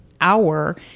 hour